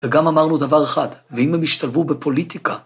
‫וגם אמרנו דבר אחד, ‫ואם הם ישתלבו בפוליטיקה...